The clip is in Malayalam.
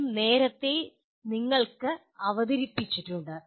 രണ്ടും നേരത്തെ നിങ്ങൾക്ക് അവതരിപ്പിച്ചു